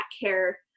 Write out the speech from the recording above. care